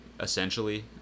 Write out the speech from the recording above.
essentially